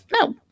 No